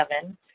seven